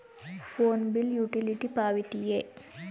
Phone bill utility ಪಾವತಿಯೇ?